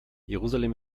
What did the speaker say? jerusalem